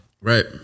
Right